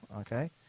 Okay